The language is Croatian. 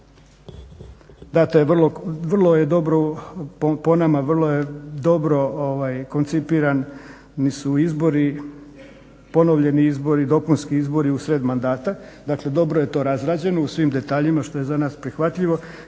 dobro, po nama, vrlo je dobro koncipirani su izbori, ponovljeni izbori, dopunski izbori usred mandata. Dakle, dobro je to razrađeno u svim detaljima što je za nas prihvatljivo